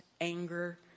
anger